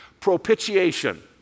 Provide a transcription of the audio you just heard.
Propitiation